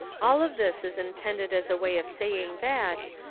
all of this is intended as a way of saying that,